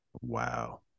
Wow